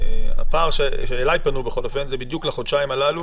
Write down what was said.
הפער שאליי פנו בכל אופן זה בדיוק לחודשיים הללו,